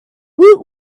woot